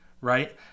Right